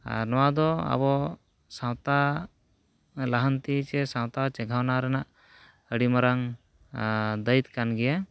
ᱟᱨ ᱱᱚᱣᱟᱫᱚ ᱟᱵᱚ ᱥᱟᱶᱛᱟ ᱞᱟᱦᱟᱱᱛᱤ ᱥᱮ ᱥᱟᱶᱛᱟ ᱪᱮᱸᱜᱷᱟᱣᱱᱟ ᱨᱮᱱᱟᱜ ᱟᱹᱰᱤ ᱢᱟᱨᱟᱝ ᱫᱟᱹᱭᱤᱛ ᱠᱟᱱ ᱜᱮᱭᱟ